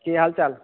की हाल चाल